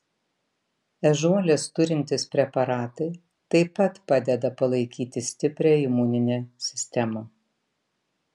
ežiuolės turintys preparatai taip pat padeda palaikyti stiprią imuninę sistemą